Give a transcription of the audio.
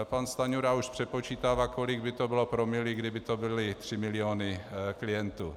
Pan Stanjura už přepočítává, kolik by to bylo promile, kdyby to byly 3 miliony klientů.